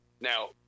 now